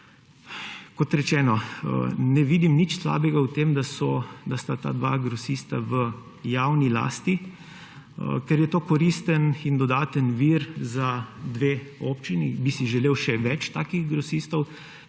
Kot rečeno, ne vidim nič slabe v tem, da sta ta dva grosista v javni lasti, ker je to koristen in dodaten vir za dve občini, bi si želel še več takih grosistov,